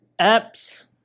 apps